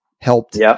helped